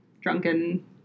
Drunken